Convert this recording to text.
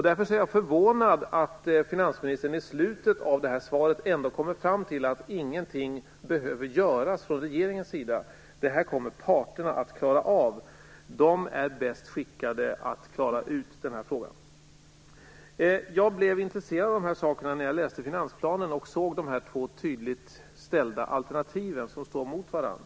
Därför är jag förvånad över att finansministern i slutet av sitt svar ändå kommer fram till att ingenting behöver göras från regeringens sida, utan det här kommer parterna att klara av - de är bäst skickade att klara ut denna fråga. Jag blev intresserad av de här sakerna när jag läste finansplanen och såg de två tydliga alternativen, som ställs mot varandra.